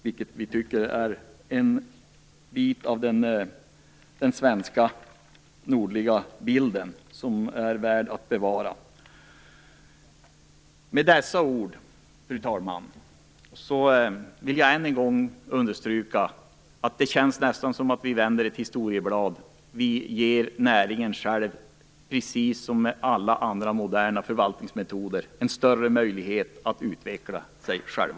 Vi tycker att den är en del av den svenska nordliga kulturen som är värd att bevara. Fru talman! Med dessa ord vill jag än en gång understryka att det känns som om vi vänder ett blad i historieboken. Precis som i alla andra moderna förvaltningsmetoder ger vi näringen en större möjlighet att utveckla sig själv.